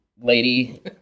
lady